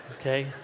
okay